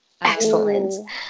Excellent